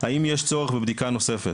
האם יש צורך בבדיקה נוספת.